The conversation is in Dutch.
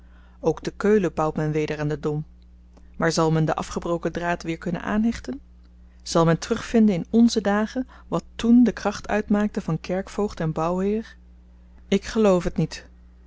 ook te keulen bouwt men weder aan den dom maar zal men den afgebroken draad weer kunnen aanhechten zal men terugvinden in onze dagen wat toen de kracht uitmaakte van kerkvoogd en bouwheer ik geloof het niet